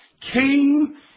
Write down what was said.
came